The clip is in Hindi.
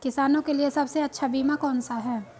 किसानों के लिए सबसे अच्छा बीमा कौन सा है?